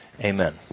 Amen